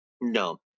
no